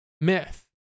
myth